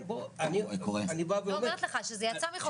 אני אומרת לך שזה יצא מחוק ההסדרים.